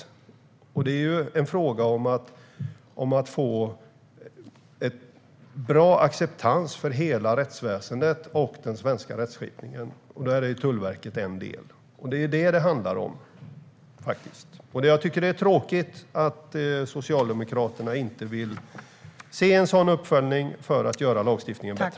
Tullbrottsdatalag Det är en fråga om att få bra acceptans för hela rättsväsendet och den svenska rättsskipningen. Där är Tullverket en del. Det är vad det handlar om. Det är tråkigt att Socialdemokraterna inte vill se en sådan uppföljning för att göra lagstiftningen bättre.